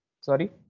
sorry